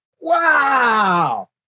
Wow